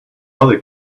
other